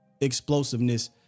explosiveness